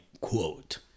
quote